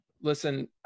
listen